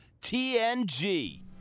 TNG